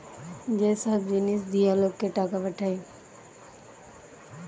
যে সব জিনিস দিয়া লোককে টাকা পাঠায়